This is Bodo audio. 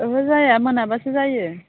ओहो जाया मोनाबासो जायो